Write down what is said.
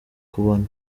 kubona